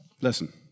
Listen